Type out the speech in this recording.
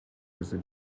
with